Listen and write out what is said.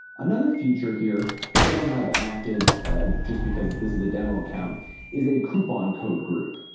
another feature here, which i don't have active just because this is a demo account is a coupon code group.